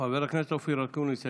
חבר הכנסת אופיר אקוניס,